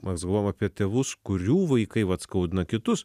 mes galvojam apie tėvus kurių vaikai vat skaudina kitus